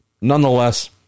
Nonetheless